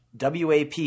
WAP